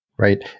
Right